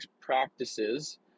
practices